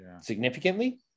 Significantly